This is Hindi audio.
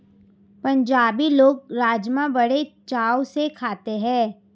पंजाबी लोग राज़मा बड़े चाव से खाते हैं